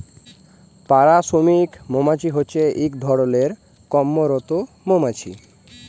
পাড়া শ্রমিক মমাছি হছে ইক ধরলের কম্মরত মমাছি